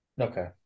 Okay